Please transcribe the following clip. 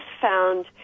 found